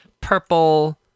Purple